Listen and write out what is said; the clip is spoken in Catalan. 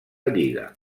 lliga